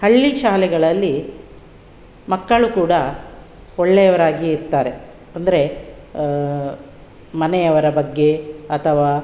ಹಳ್ಳಿ ಶಾಲೆಗಳಲ್ಲಿ ಮಕ್ಕಳು ಕೂಡ ಒಳ್ಳೆಯವರಾಗಿಯೇ ಇರ್ತಾರೆ ಅಂದರೆ ಮನೆಯವರ ಬಗ್ಗೆ ಅಥವಾ